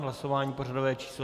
Hlasování pořadové číslo 147.